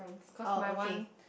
oh okay